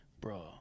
Bro